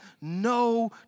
no